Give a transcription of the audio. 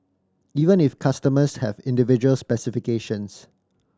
even if customers have individual specifications